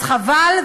אז חבל,